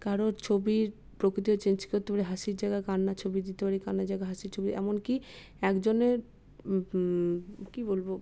কারোর ছবির প্রকৃতিও চেঞ্জ করতে পারি হাসির জায়গায় কান্নার ছবি দিতে পারি কান্নার জায়গায় হাসির ছবি এমন কি একজনের কি বলবো